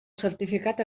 certificat